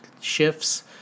shifts